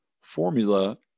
formula